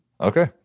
Okay